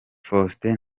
faustin